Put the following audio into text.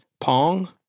pong